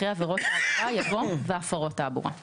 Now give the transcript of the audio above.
אחרי "עבירות תעבורה" יבוא "והפרות תעבורה";